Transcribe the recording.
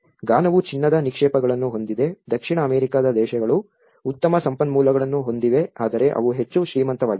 ಘಾನಾವು ಚಿನ್ನದ ನಿಕ್ಷೇಪಗಳನ್ನು ಹೊಂದಿದೆ ದಕ್ಷಿಣ ಅಮೆರಿಕಾದ ದೇಶಗಳು ಉತ್ತಮ ಸಂಪನ್ಮೂಲವನ್ನು ಹೊಂದಿವೆ ಆದರೆ ಅವು ಹೆಚ್ಚು ಶ್ರೀಮಂತವಾಗಿಲ್ಲ